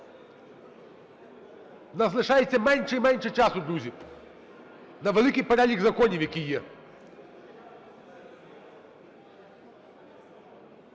нас лишається менше і менше часу, друзі, на великий перелік законів, які є.